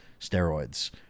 steroids